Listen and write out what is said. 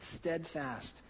steadfast